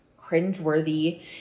cringeworthy